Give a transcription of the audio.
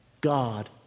God